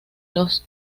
los